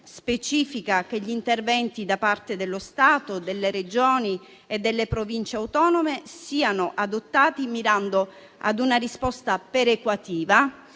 specifica che gli interventi da parte dello Stato, delle Regioni e delle Province autonome debbano essere adottati mirando a una risposta perequativa,